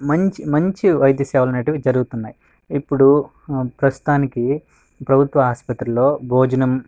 మంచి మంచి వైద్య సేవలు అనేవి జరుగుతున్నాయి ఇప్పుడు ప్రస్తుతానికి ప్రభుత్వ ఆసుపత్రులలో భోజనం కావచ్చు